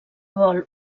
vol